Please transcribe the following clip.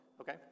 Okay